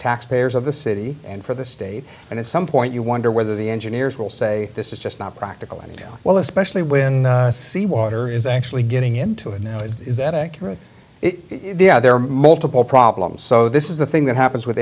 taxpayers of the city and for the state and at some point you wonder whether the engineers will say this is just not practical and well especially when seawater is actually getting into it now is that accurate there are multiple problems so this is the thing that happens with